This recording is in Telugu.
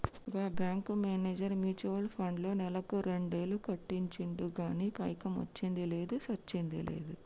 గా బ్యేంకు మేనేజర్ మ్యూచువల్ ఫండ్లో నెలకు రెండేలు కట్టించిండు గానీ పైకమొచ్చ్చింది లేదు, సచ్చింది లేదు